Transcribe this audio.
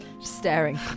staring